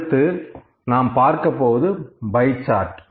அடுத்து நாம் பார்க்கப் போவது பை சார்ட்